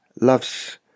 loves